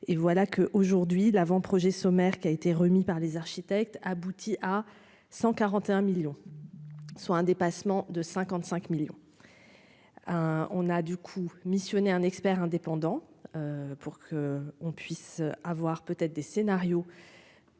et voilà que aujourd'hui l'avant-projet sommaire qui a été remis par les architectes aboutit à 141 millions, soit un dépassement de 55 millions, hein, on a du coup missionner un expert indépendant pour qu'on puisse avoir peut-être des scénarios